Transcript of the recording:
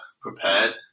prepared